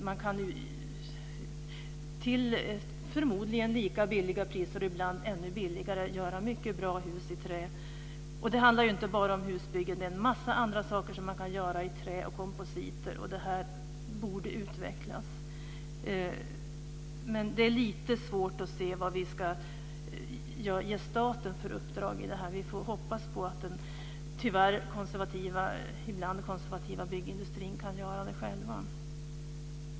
Man kan förmodligen för samma pris och ibland ännu billigare göra mycket bra hus i trä. Och det handlar inte bara om husbyggen. Det finns en massa andra saker man kan göra i trä och kompositer. Det här borde utvecklas. Det är dock lite svårt att se vad vi ska ge staten för uppdrag i detta. Vi får hoppas att den tyvärr ibland konservativa byggindustrin kan göra det själv.